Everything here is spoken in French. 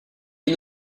est